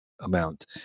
amount